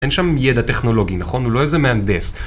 אין שם ידע טכנולוגי, נכון? הוא לא איזה מהנדס.